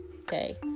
Okay